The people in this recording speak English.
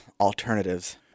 alternatives